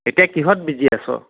এতিয়া কিহঁত বিজি আছ